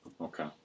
Okay